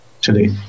Today